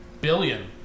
billion